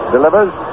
Delivers